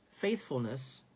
faithfulness